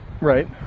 Right